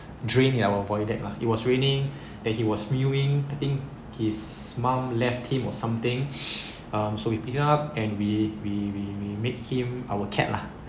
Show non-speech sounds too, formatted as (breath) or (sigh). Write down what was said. drain at our void deck lah it was raining that he was viewing I think his mum left him or something (breath) so we picking up and we we we we make him our cat lah